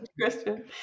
question